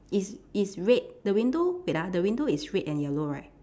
is is red the window wait ah the window is red and yellow right